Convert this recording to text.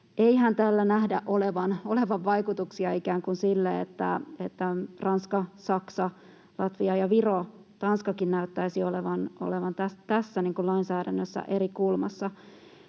Eihän tällä nähdä olevan vaikutuksia suhteessa siihen, että Ranska, Saksa, Latvia, Viro ja Tanskakin näyttäisivät olevan tässä lainsäädännössä eri kulmassa?